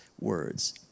words